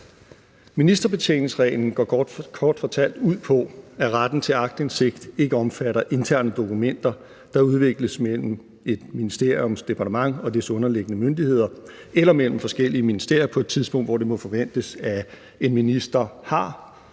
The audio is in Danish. Ministerbetjeningsreglen går kort fortalt ud på, at retten til aktindsigt ikke omfatter interne dokumenter, der udveksles mellem et ministeriums departement og dets underliggende myndigheder eller mellem forskellige ministerier, på et tidspunkt hvor det må forventes, at en minister har